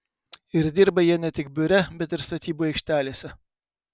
ir dirba jie ne tik biure bet ir statybų aikštelėse